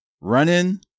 running